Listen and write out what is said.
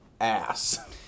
ass